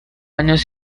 años